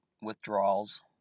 withdrawals